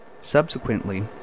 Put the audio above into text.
Subsequently